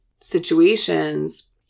situations